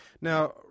Now